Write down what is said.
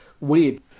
weird